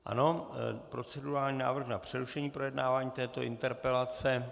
Ano, procedurální návrh na přerušení projednávání této interpelace.